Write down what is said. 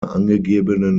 angegebenen